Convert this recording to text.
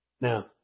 Now